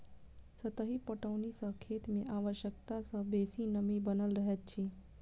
सतही पटौनी सॅ खेत मे आवश्यकता सॅ बेसी नमी बनल रहैत अछि